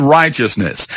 righteousness